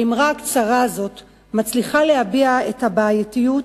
האמרה הקצרה הזאת מצליחה להביע את הבעייתיות